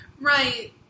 Right